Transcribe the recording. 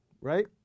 right